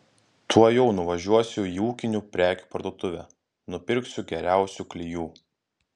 tuojau nuvažiuosiu į ūkinių prekių parduotuvę nupirksiu geriausių klijų